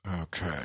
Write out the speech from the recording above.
Okay